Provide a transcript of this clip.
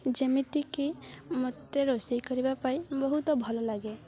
ଯେମିତିକି ମୋତେ ରୋଷେଇ କରିବା ପାଇଁ ବହୁତ ଭଲଲାଗେ